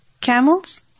camels